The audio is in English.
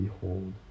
Behold